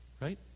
Right